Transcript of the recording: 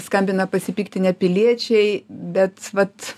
skambina pasipiktinę piliečiai bet vat